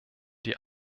die